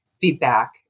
feedback